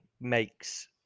makes